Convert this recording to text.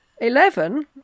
Eleven